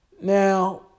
Now